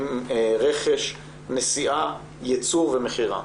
רכש, נשיאה, ייצור ומכירה.